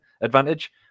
advantage